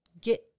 get